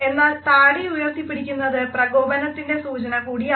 എന്നാൽ താടി ഉയർത്തിപ്പിടിക്കുന്നത് പ്രകോപനത്തിൻറെ സൂചനയും കൂടിയാണ്